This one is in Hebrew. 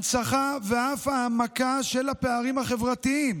הנצחה ואף העמקה של הפערים החברתיים.